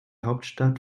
hauptstadt